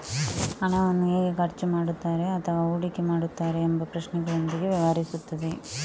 ಹಣವನ್ನು ಹೇಗೆ ಖರ್ಚು ಮಾಡುತ್ತಾರೆ ಅಥವಾ ಹೂಡಿಕೆ ಮಾಡುತ್ತಾರೆ ಎಂಬ ಪ್ರಶ್ನೆಗಳೊಂದಿಗೆ ವ್ಯವಹರಿಸುತ್ತದೆ